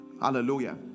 hallelujah